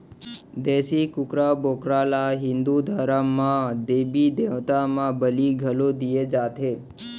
देसी कुकरा, बोकरा ल हिंदू धरम म देबी देवता म बली घलौ दिये जाथे